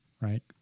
right